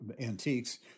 antiques